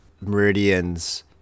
meridians